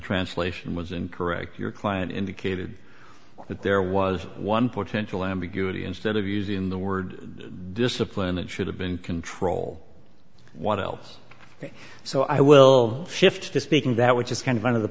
translation was incorrect your client indicated that there was one potential ambiguity instead of using the word discipline that should have been control what else so i will shift to speaking that which is kind of one of the